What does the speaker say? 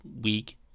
week